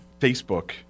Facebook